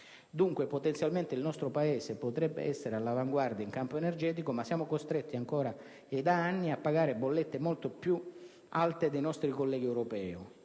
Dunque, potenzialmente, il nostro Paese potrebbe essere all'avanguardia in campo energetico, ma siamo costretti ancora, e da anni, a pagare le bollette molto più dei nostri colleghi europei.